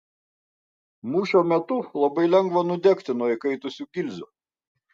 mūšio metu labai lengva nudegti nuo įkaitusių gilzių